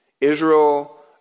Israel